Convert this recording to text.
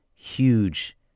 Huge